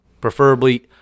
Preferably